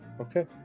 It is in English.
Okay